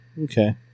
okay